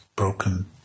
broken